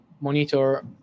monitor